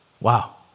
Wow